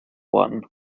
one